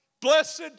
blessed